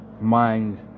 mind